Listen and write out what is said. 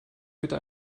bitte